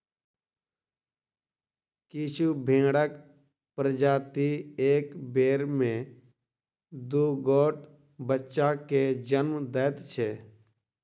किछु भेंड़क प्रजाति एक बेर मे दू गोट बच्चा के जन्म दैत छै